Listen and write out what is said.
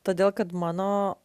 todėl kad mano